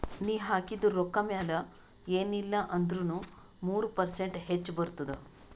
ನೀ ಹಾಕಿದು ರೊಕ್ಕಾ ಮ್ಯಾಲ ಎನ್ ಇಲ್ಲಾ ಅಂದುರ್ನು ಮೂರು ಪರ್ಸೆಂಟ್ರೆ ಹೆಚ್ ಬರ್ತುದ